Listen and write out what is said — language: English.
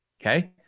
Okay